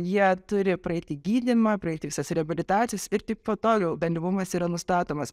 jie turi praeiti gydymą praeiti visas reabilitacijas ir tik po to liau bendrumas yra nustatomas